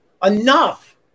enough